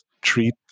treat